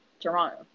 Toronto